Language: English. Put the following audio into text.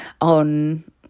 on